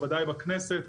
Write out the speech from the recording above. בוודאי בכנסת,